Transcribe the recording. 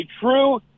true